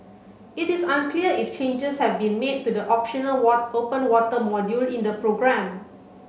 it is unclear if changes have been made to the optional open water module in the programme